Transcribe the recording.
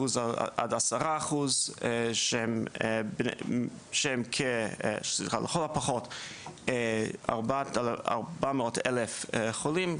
עד 10% שהם לכל הפחות 400,000 חולים,